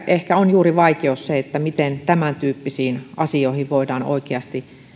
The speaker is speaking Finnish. ehkä juuri se miten tämäntyyppisiin asioihin voidaan oikeasti